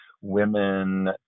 women